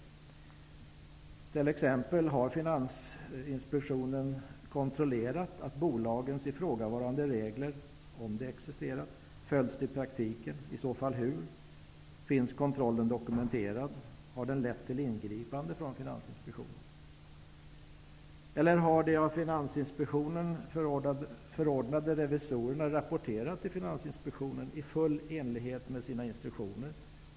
De är t.ex.: Har Finansinspektionen kontrollerat att bolagens ifrågavarande regler, om de existerat, har följts i praktiken? I så fall hur? Finns kontrollen dokumenterad? Har den lett till ingripande från Finansinspektionen? Har de av Finansinspektionen förordnade revisorerna rapporterat till Finansinspektionen i full enlighet med sina instruktioner?